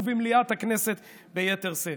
ובמליאת הכנסת ביתר שאת.